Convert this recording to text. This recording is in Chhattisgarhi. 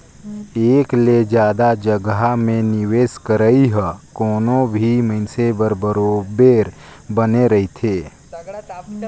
एक ले जादा जगहा में निवेस करई ह कोनो भी मइनसे बर बरोबेर बने रहथे